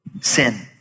sin